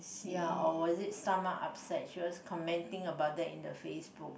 ya or will it summer upset she was commenting about that in the FaceBook